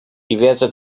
diverse